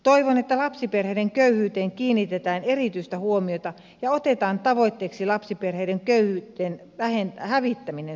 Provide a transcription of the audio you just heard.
toivon että lapsiperheiden köyhyyteen kiinnitetään erityistä huomiota ja otetaan tavoitteeksi lapsiperheiden köyhyyden hävittäminen suomesta